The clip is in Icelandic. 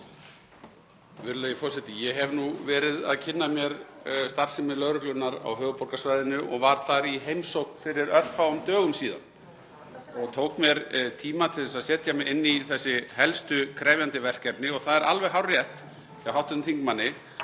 Það er alveg hárrétt hjá hv. þingmanni